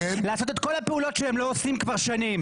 לעשות את כל הפעולות שהם לא עושים כבר שנים.